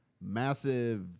massive